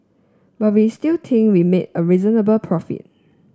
but we still think we made a reasonable profit